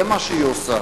זה מה שהיא עושה.